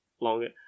longer